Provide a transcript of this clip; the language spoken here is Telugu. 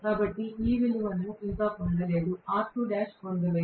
కాబట్టి నేను ఇంకా ఈ విలువను పొందలేదు